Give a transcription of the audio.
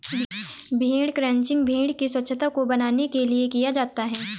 भेड़ क्रंचिंग भेड़ की स्वच्छता को बनाने के लिए किया जाता है